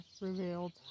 revealed